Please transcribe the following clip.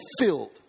filled